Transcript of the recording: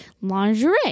lingerie